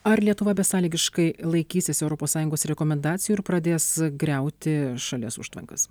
ar lietuva besąlygiškai laikysis europos sąjungos rekomendacijų ir pradės griauti šalies užtvankas